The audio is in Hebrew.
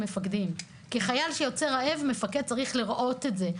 כי חייל שיוצא רעב, המפקדים צריכים לראות את זה.